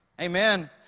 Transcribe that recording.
Amen